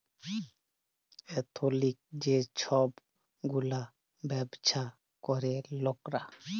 এথলিক যে ছব গুলা ব্যাবছা ক্যরে লকরা